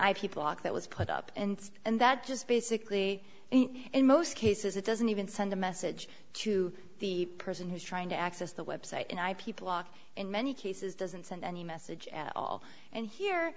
people that was put up and and that just basically in most cases it doesn't even send a message to the person who's trying to access the website and i people walk in many cases doesn't send any message at all and here